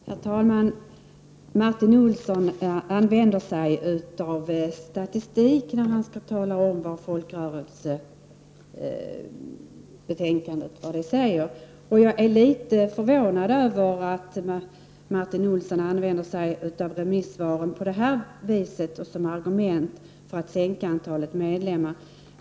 Herr talman! Martin Olsson använder sig av statistik när han talar om vad det står i folkrörelsebetänkandet. Jag är litet förvånad över att Martin Olsson använder sig av remissvaren på så sätt som argument för att sänka antalet medlemmar.